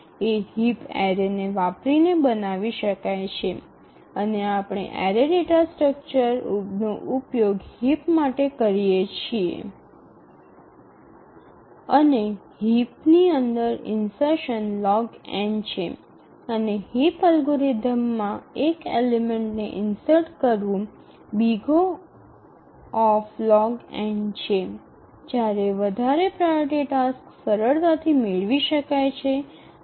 એ heap array ને વાપરીને બનાવી શકાય છે અને આપણે એરે ડેટા સ્ટ્રક્ચર નો ઉપયોગ હીપ માટે કરીએ છીએ અને હીપની અંદર ઇન્સરશન log n છે અને હીપ અલ્ગોરિધમમાં એક એલેમેન્ટ ને ઇન્સર્ટ કરવું O છે જ્યારે વધારે પ્રાઓરિટી ટાસ્ક સરળતાથી મેળવી શકાય છે અને તે છે O